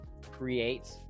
create